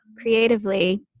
creatively